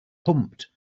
pumped